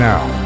Now